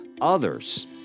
others